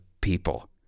people